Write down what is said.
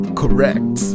correct